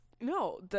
No